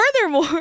Furthermore